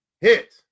hit